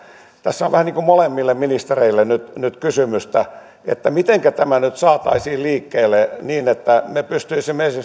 tässä on vähän niin kuin molemmille ministereille nyt nyt kysymystä mitenkä tämä nyt saataisiin liikkeelle niin että me pystyisimme